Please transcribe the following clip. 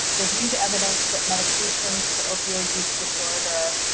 review the evidence that medications for opioid use disorder,